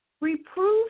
Reproof